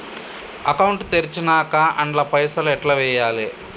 Account తెరిచినాక అండ్ల పైసల్ ఎట్ల వేయాలే?